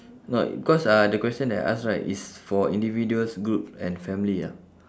no I cause uh the question that I ask right is for individuals group and family ah